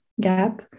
gap